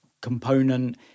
component